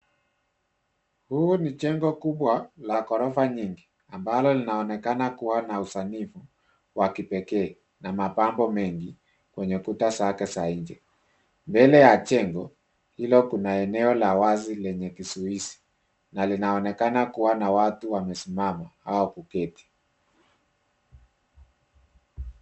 Huu ni jengo kubwa la ghorofa nyingi ambalo linaonekana kuwa na usanifu wa kipekee na mapambo mengi kwenye kuta zake za nje. Mbele ya jengo hilo kuna eneo la wazi lenye kizuizi na linaonekana kuwa na watu wamesimama au kuketi.